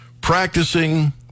practicing